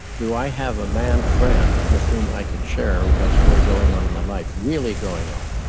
do i have a man friend with whom i can share what's really going on in my life? really going on,